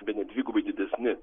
bene dvigubai didesni